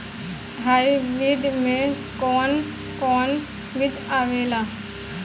Hybrid में कोवन कोवन बीज आवेला?